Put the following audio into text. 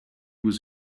was